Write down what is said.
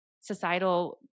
societal